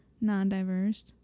non-diverse